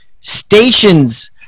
stations